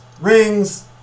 rings